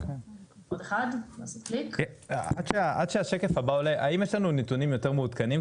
--- עד שהשקף הבא עולה האם יש לנו נתונים יותר מעודכנים?